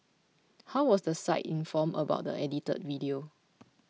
how was the site informed about the edited video